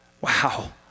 Wow